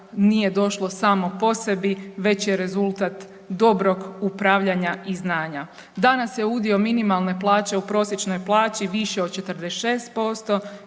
nije došlo samo po sebi već je rezultat dobrog upravljanja i znanja. Danas je udio minimalne plaće u prosječnoj plaći viši od 46%,